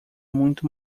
muito